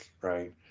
Right